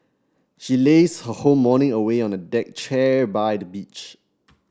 she lazed her whole morning away on the deck chair by the beach